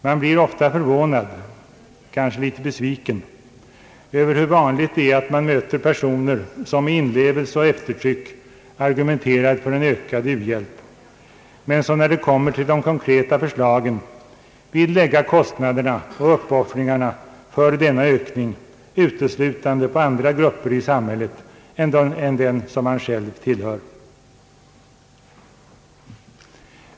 Man blir ofta förvånad, kanske litet besviken, över hur vanligt det är att möta personer som med inlevelse och eftertryck argumenterar för en ökad u-hjälp men som när det kommer till de konkreta förslagen vill lägga kostnaderna och uppoffringarna för denna ökning uteslutande på andra grupper i samhället än den vederbörande själv tillhör.